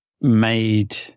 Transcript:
made